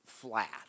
flat